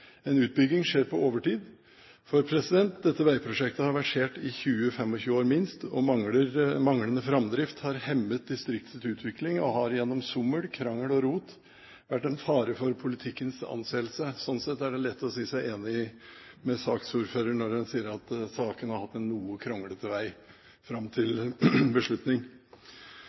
En utbygging skjer på overtid, for dette veiprosjektet har versert i minst 20–25 år, og manglende framdrift har hemmet distriktets utvikling og har gjennom sommel, krangel og rot vært en fare for politikkens anseelse. Slik sett er det lett å si seg enig med saksordføreren når hun sier at saken har hatt en noe kronglete vei fram til beslutning.